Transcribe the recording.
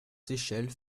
seychelles